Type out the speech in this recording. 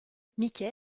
mickey